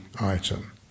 item